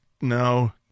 no